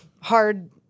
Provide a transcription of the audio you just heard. hard